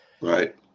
Right